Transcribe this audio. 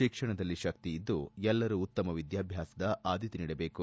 ಶಿಕ್ಷಣದಲ್ಲಿ ಶಕ್ತಿಯಿದ್ದು ಎಲ್ಲರೂ ಉತ್ತಮ ವಿದ್ಯಾಭ್ಯಾಸಕ್ಕೆ ಆದ್ಯತೆ ನೀಡಬೇಕು